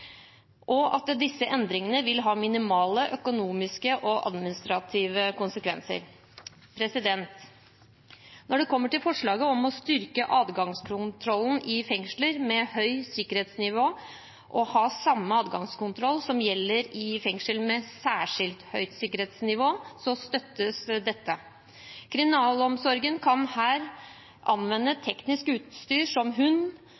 og at disse endringene vil ha minimale økonomiske og administrative konsekvenser. Når det kommer til forslaget om å styrke adgangskontrollen i fengsler med høyt sikkerhetsnivå og å ha samme adgangskontroll som i fengsler med særlig høyt sikkerhetsnivå, støttes dette. Kriminalomsorgen kan her